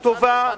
טובה,